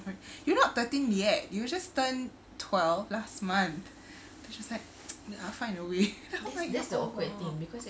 and I'm like you're not thirteen yet you just turned twelve last month she's just like I'll find a way